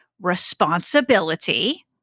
responsibility